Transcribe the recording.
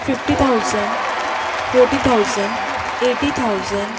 fifty thousand forty thousand eighty thousand